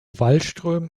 wallström